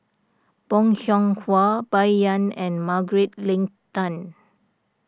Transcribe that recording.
Bong Hiong Hwa Bai Yan and Margaret Leng Tan